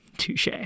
touche